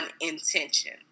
intention